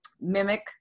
mimic